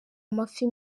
amafi